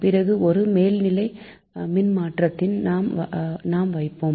பிறகு ஒரு படியேற்ற மின்மாற்றியை நாம் வைப்போம்